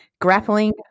Grappling